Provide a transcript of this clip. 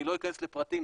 אני לא אכנס לפרטים,